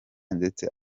ndetse